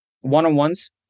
One-on-ones